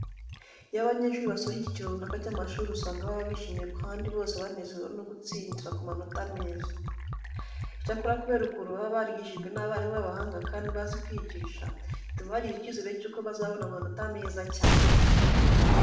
Iyo abanyeshuri basoje icyiciro runaka cy'amashuri usanga baba bishimye kandi bose banezezwa no gutsindira ku manota meza. Icyakora kubera ukuntu baba barigishijwe n'abarimu b'abahanga kandi bazi kwigisha, bituma bagira icyizere cyuko bazabona amanota meza cyane.